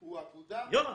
--- הוא אגודה ואיגוד.